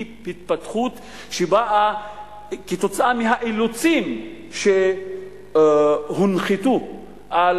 היא התפתחות שבאה מהאילוצים שהונחתו על